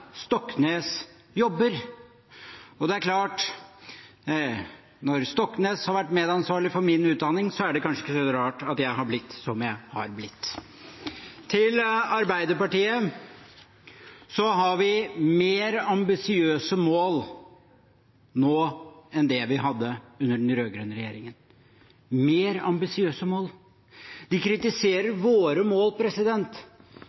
Stoknes jobber. Når Stoknes har vært medansvarlig for min utdanning, er det kanskje ikke så rart at jeg har blitt som jeg har blitt. Til Arbeiderpartiet: Vi har mer ambisiøse mål nå enn det vi hadde under den rød-grønne regjeringen – mer ambisiøse mål. De